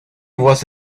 was